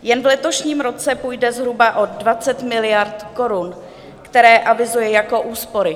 Jen v letošním roce půjde zhruba o 20 miliard korun, které avizuje jako úspory.